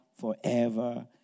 forever